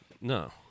No